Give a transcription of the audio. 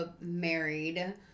married